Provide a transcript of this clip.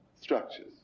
structures